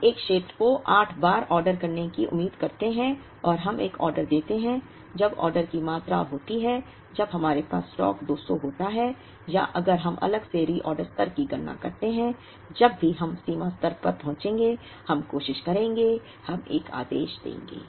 हम एक क्षेत्र को 8 बार ऑर्डर करने की उम्मीद करते हैं और हम एक ऑर्डर देते हैं जब ऑर्डर की मात्रा होती है जब हमारे पास स्टॉक 200 होता है या अगर हम अलग से रीऑर्डर स्तर की गणना करते हैं जब भी हम सीमा स्तर पर पहुँचेंगे हम कोशिश करेंगे हम एक आदेश देंगे